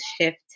shift